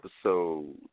episode